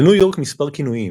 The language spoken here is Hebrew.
לניו יורק מספר כינויים,